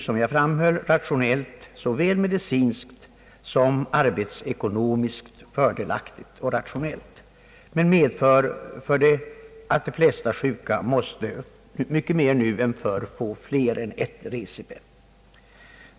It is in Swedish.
Som jag framhöll är det såväl medicinskt som arbetsekonomiskt fördelaktigt och rationellt men medför att de flesta sjuka måste mycket mera nu än förr få mer än ett recipe.